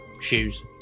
shoes